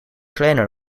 kleiner